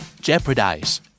Jeopardize